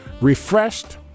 refreshed